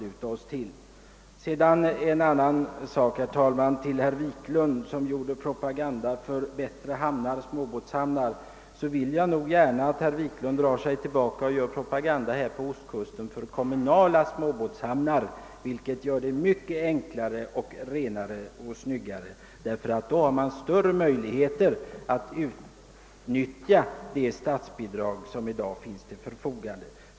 Jag skulle vilja råda herr Wiklund i Stockholm, som gjorde propaganda för bättre småbåtshamnar, att i stället göra propaganda på ostkusten för kommunala småbåtshamnar som gör det enklare, renare och snyggare, ty det finns då större möjligheter att utnyttja det nuvarande statsbidraget.